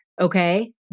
okay